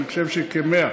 אני חושב שכ-100,